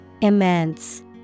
Immense